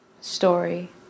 story